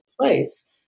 place